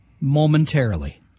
momentarily